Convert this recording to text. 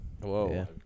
whoa